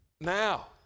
now